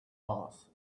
mars